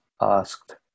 Asked